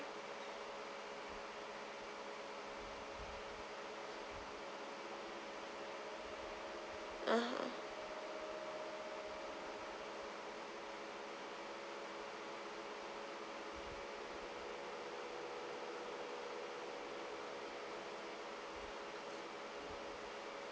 (uh huh)